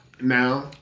Now